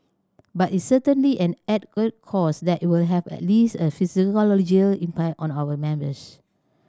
but it's certainly an added a cost that it will have at least a psychological impact on our members